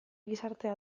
gizartea